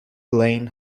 lane